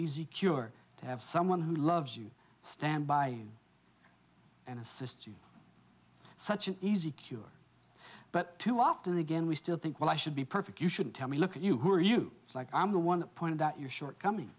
easy cure to have someone who loves you stand by and assist you such an easy cure but too often again we still think well i should be perfect you shouldn't tell me look at you who are you like i'm the one that pointed out your shortcomings